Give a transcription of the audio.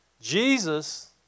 Jesus